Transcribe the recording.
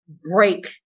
break